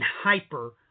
Hyper